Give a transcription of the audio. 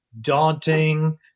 daunting